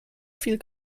viel